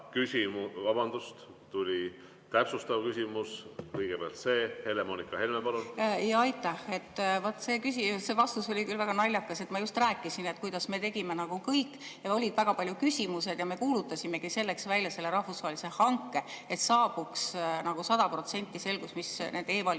... Vabandust, tuli täpsustav küsimus, kõigepealt see. Helle‑Moonika Helme, palun! Aitäh! Vaat see vastus oli küll väga naljakas. Ma just rääkisin, kuidas me tegime nagu kõik ja oli väga palju küsimusi ja me kuulutasimegi selleks välja selle rahvusvahelise hanke, et saabuks sada protsenti selgus, mis nende e-valimistega